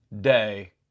day